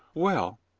well.